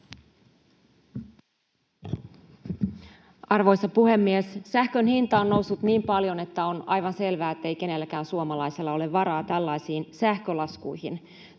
Arvoisa puhemies! Sähkön hinta on noussut niin paljon, että on aivan selvää, ettei kenelläkään suomalaisella ole varaa tällaisiin sähkölaskuihin.